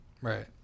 right